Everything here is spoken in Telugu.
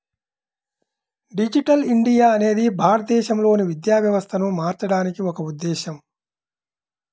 డిజిటల్ ఇండియా అనేది భారతదేశంలోని విద్యా వ్యవస్థను మార్చడానికి ఒక ఉద్ధేశం